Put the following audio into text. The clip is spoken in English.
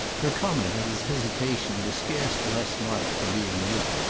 her comment on his hesitation was scarce the less marked for being mute.